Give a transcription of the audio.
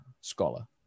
scholar